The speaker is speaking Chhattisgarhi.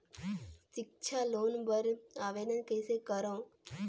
सिक्छा लोन बर आवेदन कइसे करव?